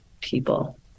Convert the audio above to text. people